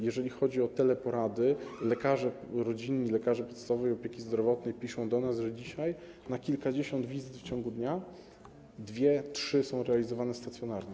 Jeżeli chodzi o teleporady, rodzinni lekarze podstawowej opieki zdrowotnej piszą do nas, że dzisiaj na kilkadziesiąt wizyt w ciągu dnia dwie, trzy są realizowane stacjonarnie.